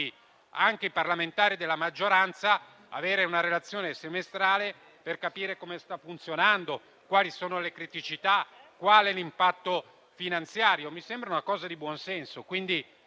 anche dei parlamentari della maggioranza, ricevere una relazione semestrale per capire come sta funzionando, quali sono le criticità e qual è l'impatto finanziario di questo Protocollo. Mi sembra una cosa di buon senso.